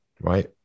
right